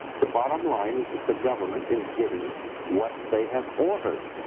the bottom line is that the government is getting what they have ordered.